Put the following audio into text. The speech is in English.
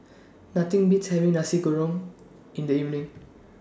Nothing Beats having Nasi Kuning in The evening